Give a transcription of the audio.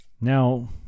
now